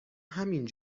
همین